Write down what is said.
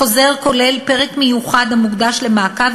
החוזר כולל פרק מיוחד המוקדש למעקב